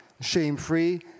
shame-free